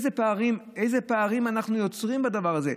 איזה פערים אנחנו יוצרים בדבר הזה?